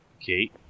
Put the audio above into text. Okay